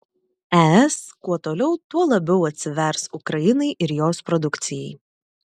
es kuo toliau tuo labiau atsivers ukrainai ir jos produkcijai